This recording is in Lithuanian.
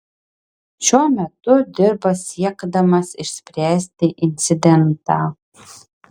šiuo metu dirba siekdamas išspręsti incidentą